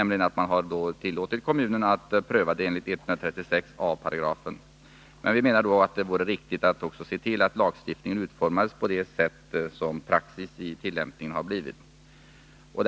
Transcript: Man har nämligen tillåtit kommunerna att pröva ansökningar enligt 136 a § byggnadslagen. Vi menar att det då vore riktigt att man också såg till att lagstiftningen utformades i enlighet med den tillämpning som nu har blivit praxis.